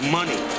money